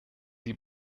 sie